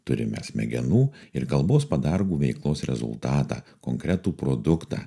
turime smegenų ir kalbos padargų veiklos rezultatą konkretų produktą